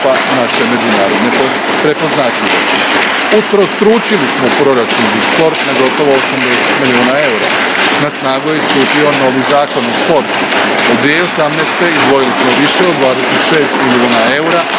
naše međunarodne prepoznatljivost. Utrostručili smo proračun za sport, na gotovo 80 milijuna eura. Na snagu je stupio novi Zakon o sportu. Od 2018. izdvojili smo više od 26 milijuna eura